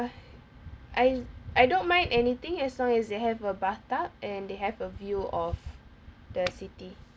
I I don't mind anything as long as they have a bathtub and they have a view of the city